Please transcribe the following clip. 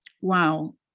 Wow